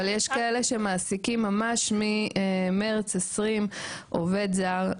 אבל יש כאלה שמעסיקים ממש ממרץ 2020 עובד זר,